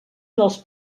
dels